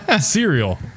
cereal